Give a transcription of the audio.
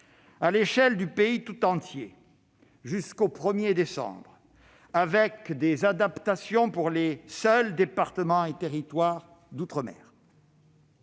à l'échelle du pays tout entier jusqu'au 1 décembre avec des adaptations pour les seuls départements et territoires d'outre-mer.